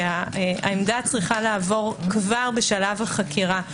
שהעמדה צריכה לעבור כבר בשלב החקירה,